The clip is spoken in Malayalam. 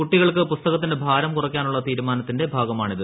കുട്ടികൾക്ക് പുസ്തകത്തിന്റെ ഭാരം കുറയ്ക്കാനുള്ള തീരുമാനത്തിന്റെ ഭാഗമായാണിത്